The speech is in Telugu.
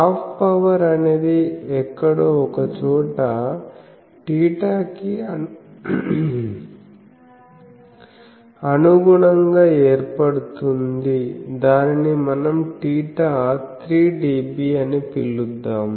హాఫ్ పవర్ అనేది ఎక్కడో ఒకచోట θ కి అనుగుణంగా ఏర్పడుతుంది దానిని మనం θ3dB అని పిలుద్దాం